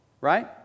right